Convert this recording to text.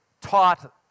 taught